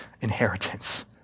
inheritance